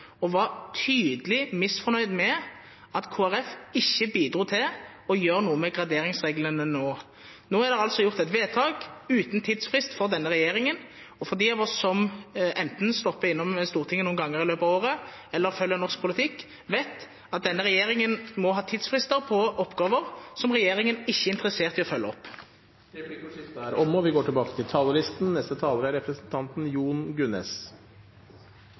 var tydelig misfornøyd med at Kristelig Folkeparti ikke bidro til å gjøre noe med graderingsreglene nå. Nå er det altså fattet et vedtak, uten tidsfrist, for denne regjeringen. De av oss som enten stopper innom Stortinget noen ganger i løpet av året, eller følger norsk politikk, vet at denne regjeringen må ha tidsfrister på oppgaver som den ikke er interessert i å følge opp. Replikkordskiftet er omme.